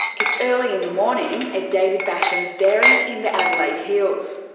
it's early in the morning at david basham's dairy in the adelaide hills,